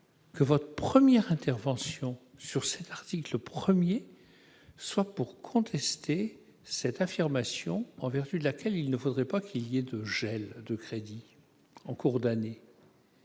que votre première intervention sur l'article 1 soit pour contester l'affirmation en vertu de laquelle il ne faudrait pas qu'il y ait des gels de crédits en cours d'année.